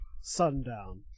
sundown